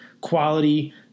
quality